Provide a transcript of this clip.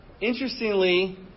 interestingly